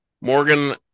Morgan